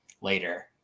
later